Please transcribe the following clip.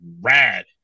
rad